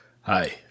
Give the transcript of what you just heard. Hi